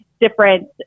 different